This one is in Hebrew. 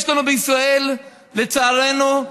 יש לנו בישראל, לצערנו,